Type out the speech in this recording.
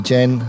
Jen